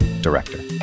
director